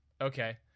Okay